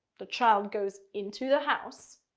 the child goes into the house.